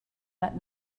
that